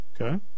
okay